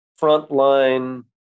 frontline